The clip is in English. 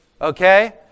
Okay